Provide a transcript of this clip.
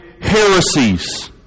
heresies